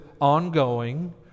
ongoing